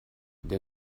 der